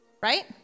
right